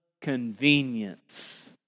convenience